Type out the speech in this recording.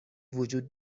وجود